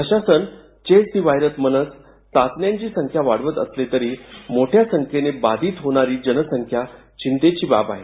प्रशासन chase the virus म्हणत चाचण्यांची संख्या वाढवत असली तरी मोठ्या संख्येने बाधित होणारी जनसंख्या चिंतेची बाब आहे